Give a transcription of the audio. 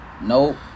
Nope